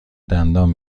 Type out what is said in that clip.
دندان